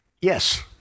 Yes